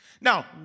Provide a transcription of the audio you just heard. Now